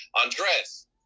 Andres